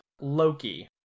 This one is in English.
Loki